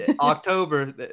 october